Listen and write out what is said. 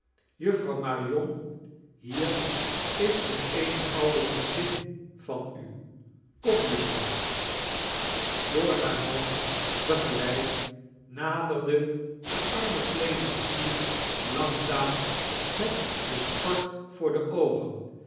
juffrouw marion hieir is nog eeine oude vriendin van u kom juffrouw door haar man begeleid naderde de arme clemency langzaam met de schort voor de oogen